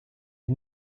you